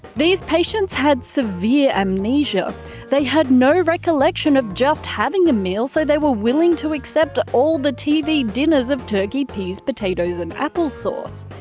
these patients had severe amnesia they had no recollection of just having a meal, so they were willing to accept all the tv dinners of turkey, peas, potatoes, and applesauce.